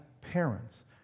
parents